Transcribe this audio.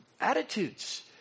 Attitudes